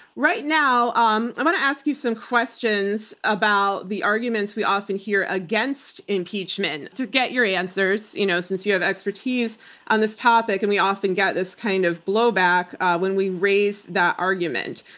right now, um i want to ask you some questions about the arguments we often hear against impeachment to get your answers you know since you have expertise on this topic and we often get this kind of blowback when we raise that argument.